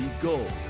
gold